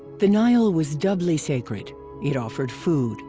the nile was doubly sacred it offered food.